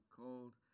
called